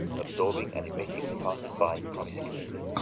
absorbing and emitting the passersby promiscuously.